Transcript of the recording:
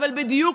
אבל בדיוק,